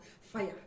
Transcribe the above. fire